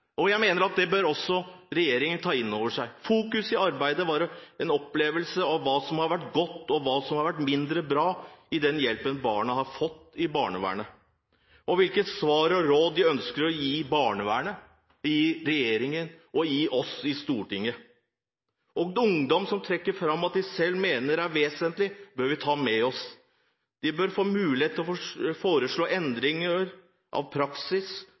Jeg mener at også regjeringen bør ta dette inn over seg. Det de fokuserte på i arbeidet, var en opplevelse av hva som har vært godt, og hva som har vært mindre bra i den hjelpen barna har fått i barnevernet, og hvilket svar og råd de ønsker å gi barnevernet, regjeringen og oss i Stortinget. Det ungdommen trekker fram som de selv mener er vesentlig, bør vi ta med oss. De bør få mulighet til å foreslå endringer av praksis